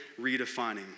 redefining